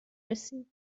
رسید